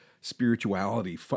spirituality